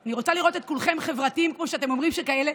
אני רוצה לראות את כולכם חברתיים כמו שאתם אומרים שאתם כאלה,